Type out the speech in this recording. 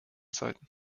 seiten